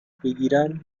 بگیرن